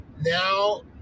Now